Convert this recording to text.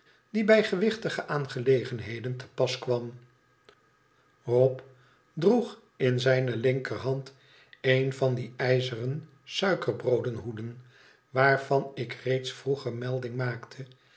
die bij gewichtige aangelegenheden te pas kwam rop droeg in zijne linkerhand een van die ijzeren suikerbroodhoeden waarvan ik reeds vroeger melding maakte